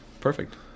perfect